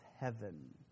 heaven